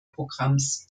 programms